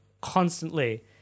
constantly